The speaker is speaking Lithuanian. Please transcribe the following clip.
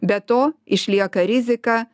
be to išlieka rizika